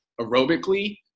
aerobically